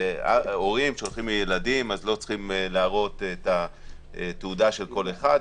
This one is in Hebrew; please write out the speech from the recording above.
הורים שהולכים לילדים לא צריכים להראות את התעודה של כל אחד,